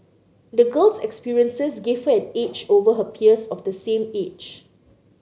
the girl's experiences gave her an edge over her peers of the same age